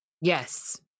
Yes